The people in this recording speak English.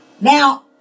Now